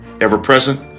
ever-present